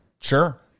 sure